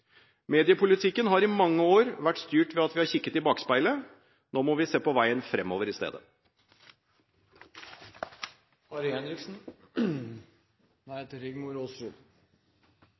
Mediepolitikken har i mange år vært styrt ved at vi har kikket i bakspeilet. Nå må vi se på veien fremover i